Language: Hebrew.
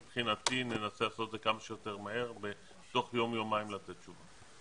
מבחינתי ננסה לעשות את זה כמה שיותר מהר ותוך יום-יומיים לתת תשובות.